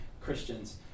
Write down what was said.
Christians